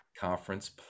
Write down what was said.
conference